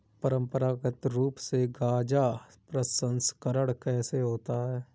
परंपरागत रूप से गाजा प्रसंस्करण कैसे होता है?